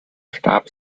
starb